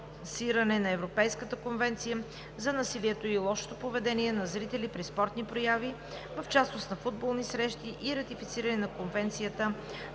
на Европейската конвенция за насилието и лошото поведение на зрители при спортни прояви и в частност на футболни срещи и за ратифициране на Конвенцията